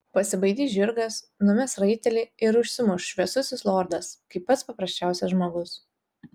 pasibaidys žirgas numes raitelį ir užsimuš šviesusis lordas kaip pats paprasčiausias žmogus